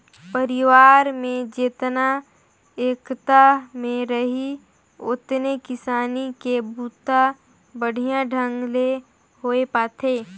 परिवार में जेतना एकता में रहीं ओतने किसानी के बूता बड़िहा ढंग ले होये पाथे